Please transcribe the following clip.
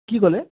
কি ক'লে